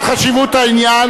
זה מה שרציתי,